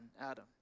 Adam